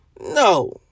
No